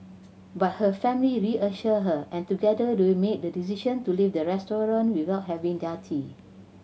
but her family reassured her and together made the decision to leave the restaurant without having their tea